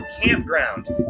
campground